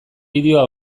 bideoa